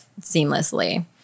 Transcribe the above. seamlessly